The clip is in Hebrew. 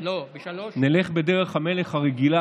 נלך בדרך המלך הרגילה,